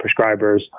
prescribers